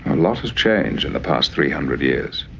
lot has changed in the past three hundred years.